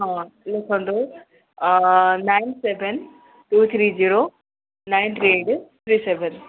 ହଁ ଲେଖନ୍ତୁ nine seven two three zero nine three eight three seven